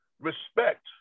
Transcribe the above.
Respect